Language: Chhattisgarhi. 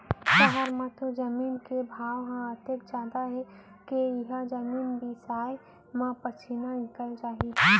सहर म तो जमीन के भाव ह अतेक जादा हे के इहॉं जमीने बिसाय म पसीना निकल जाही